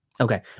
Okay